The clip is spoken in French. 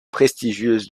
prestigieuse